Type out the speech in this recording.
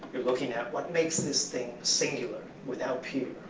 you're looking at what makes this thing singular, without peer.